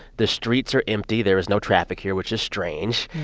the streets are empty. there is no traffic here, which is strange.